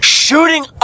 shooting